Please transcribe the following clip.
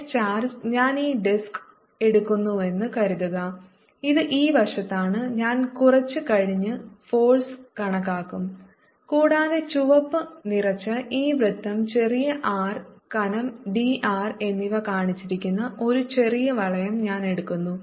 net charge ഞാൻ ഈ disc എടുക്കുന്നുവെന്ന് കരുതുക ഇത് ഈ വശത്താണ് ഞാൻ കുറച്ച് കഴിഞ്ഞ് ഫോഴ്സ് കണക്കാക്കും കൂടാതെ ചുവപ്പു നിറച്ച ഈ വൃത്തം ചെറിയ r കനം d r എന്നിവ കാണിച്ചിരിക്കുന്ന ഒരു ചെറിയ വളയം ഞാൻ എടുക്കുന്നു